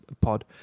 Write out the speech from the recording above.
pod